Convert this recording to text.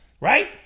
Right